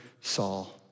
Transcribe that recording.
Saul